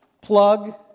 plug